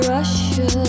Russia